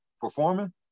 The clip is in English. performing